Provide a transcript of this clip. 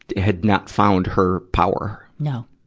had not found her power. no.